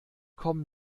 komm